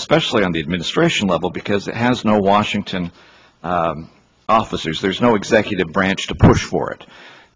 especially on the administration level because it has no washington officers there's no executive branch to push for it